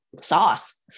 sauce